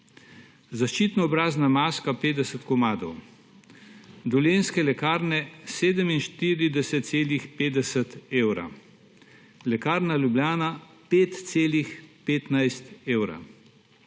Zaščitna obrazna maska, 50 komadov, Dolenjske lekarne: 47,50 evra, Lekarna Ljubljana: 5,15 evra,